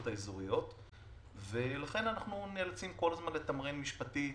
האזוריות ולכן אנחנו נאלצים כל הזמן לתמרן משפטית,